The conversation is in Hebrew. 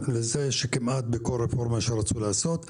כמעט בכל רפורמה שרצו לעשות,